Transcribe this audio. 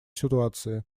ситуации